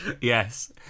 Yes